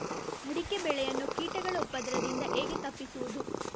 ಅಡಿಕೆ ಬೆಳೆಯನ್ನು ಕೀಟಗಳ ಉಪದ್ರದಿಂದ ಹೇಗೆ ತಪ್ಪಿಸೋದು?